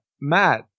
Matt